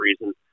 reason